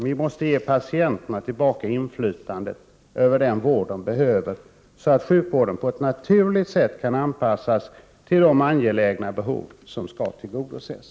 Vi måste ge patienterna tillbaka inflytandet över den vård de behöver, så att sjukvården på ett naturligt sätt kan anpassas till de angelägna behov som skall tillgodoses.